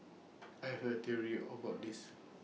I have A theory about this